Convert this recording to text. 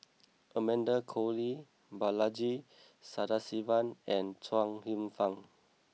Amanda Koe Lee Balaji Sadasivan and Chuang Hsueh Fang